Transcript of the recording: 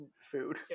food